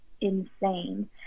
insane